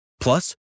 Plus